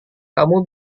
kamu